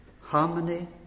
Harmony